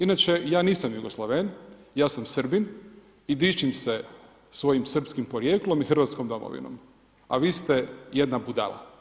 Inače ja nisam Jugoslaven, ja sam Srbin i dičim se svojim srpskim porijeklom i Hrvatskom domovinom a vi ste jedna budala.